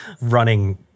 running